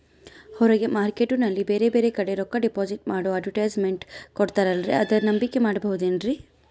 ಹೊರಗೆ ಮಾರ್ಕೇಟ್ ನಲ್ಲಿ ಬೇರೆ ಬೇರೆ ಕಡೆ ರೊಕ್ಕ ಡಿಪಾಸಿಟ್ ಮಾಡೋಕೆ ಅಡುಟ್ಯಸ್ ಮೆಂಟ್ ಕೊಡುತ್ತಾರಲ್ರೇ ಅದನ್ನು ನಂಬಿಕೆ ಮಾಡಬಹುದೇನ್ರಿ?